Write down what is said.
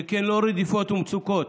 שכן לא רדיפות ומצוקות,